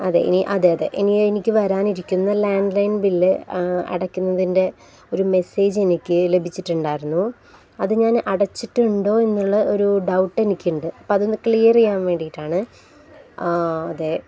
അതെ ഇനി അതെ അതെ ഇനി എനിക്ക് വരാനിരിക്കുന്ന ലാൻഡ്ലൈൻ ബില് അടയ്ക്കുന്നതിൻ്റെ ഒരു മെസ്സേജ് എനിക്കു ലഭിച്ചിട്ടുണ്ടായിരുന്നു അതു ഞാൻ അടച്ചിട്ടുണ്ടോ എന്നുള്ള ഒരു ഡൗട്ട് എനിക്കുണ്ട് അപ്പോള് അതൊന്ന് ക്ലിയർ ചെയ്യാൻ വേണ്ടിയിട്ടാണ് ആ അതെ